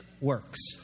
works